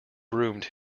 groomed